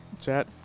Chat